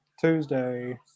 Tuesday